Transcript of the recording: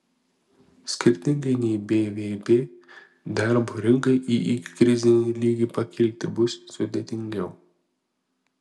skirtingai nei bvp darbo rinkai į ikikrizinį lygį pakilti bus sudėtingiau